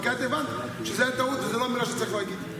כי את הבנת שזו הייתה טעות וזו לא מילה שצריך להגיד.